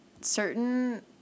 certain